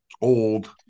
Old